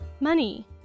money